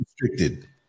restricted